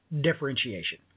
differentiation